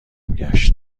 گشت